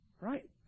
Right